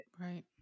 Right